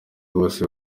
bose